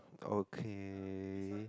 okay